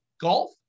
golf